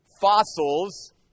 fossils